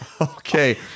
okay